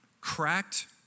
cracked